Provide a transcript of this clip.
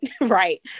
right